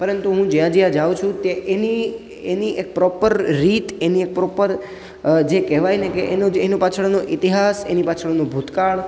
પરંતુ હું જ્યાં જ્યાં જાવ છું તે એની એની એક પ્રોપર રીત એની એક પ્રોપર જે કહેવાય ને કે જે એનું પાછળનું ઇતિહાસ એની પાછળનું ભૂતકાળ